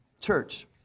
church